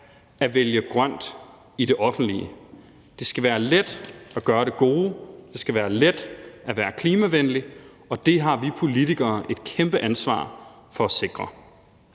at vælge grønt i det offentlige. Det skal være let at gøre det gode, det skal være let at være klimavenlig, og det har vi politikere et kæmpe ansvar for at sikre.